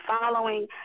following